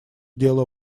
дело